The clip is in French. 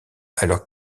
alors